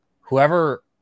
whoever